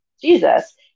Jesus